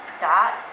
dot